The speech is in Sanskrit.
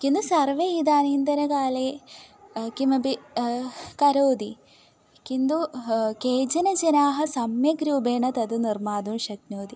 किन्तु सर्वे इदानीन्तनकाले किमपि करोति किन्तु केचन जनाः सम्यक् रूपेण तद् निर्मातुं शक्नुवन्ति